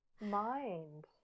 mind